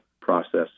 process